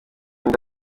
inda